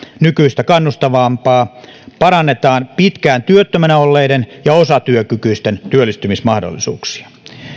nykyistä kannustavampaa parannetaan pitkään työttömänä olleiden ja osatyökykyisten työllistymismahdollisuuksia